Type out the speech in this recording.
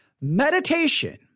Meditation